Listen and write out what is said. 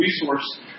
resource